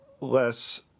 less